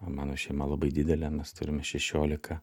mano šeima labai didelė mes turime šešiolika